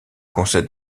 conseil